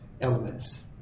elements